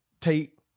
tape